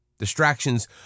Distractions